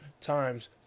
times